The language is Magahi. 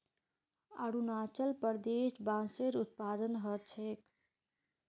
अरुणाचल प्रदेशत बांसेर उत्पादन ह छेक